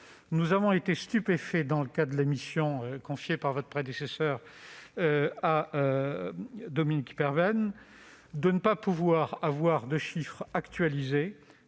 Nous avons été stupéfaits, dans le cadre de la mission confiée par votre prédécesseur à Dominique Perben, de ne pas disposer de chiffres actualisés